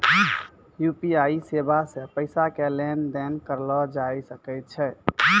UPI सेबा से पैसा के लेन देन करलो जाय सकै छै